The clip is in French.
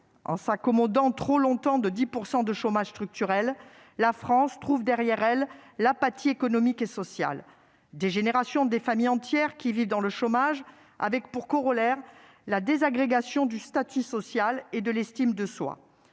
En s'accommodant trop longtemps de 10 % de chômage structurel, la France est touchée par une apathie économique et sociale : des générations, des familles entières qui vivent dans le chômage, avec pour corollaire la désagrégation du statut social et de l'estime de soi.